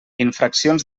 infraccions